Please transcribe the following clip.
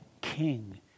king